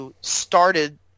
started